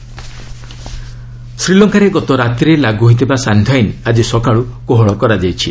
Sri Lanka curfew ଶ୍ରୀଲଙ୍କାରେ ଗତ ରାତିରେ ଲାଗୁହୋଇଥିବା ସାନ୍ଧ୍ୟ ଆଇନ ଆଜି ସକାଳୁ କୋହଳ କରାଯାଇଛି